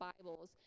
Bibles